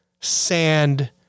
sand